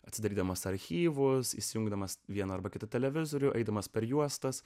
atidarydamas archyvus įsijungdamas vieną arba kitą televizorių eidamas per juostas